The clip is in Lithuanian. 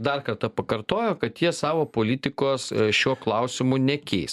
dar kartą pakartojo kad jie savo politikos šiuo klausimu nekeis